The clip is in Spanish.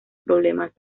problemas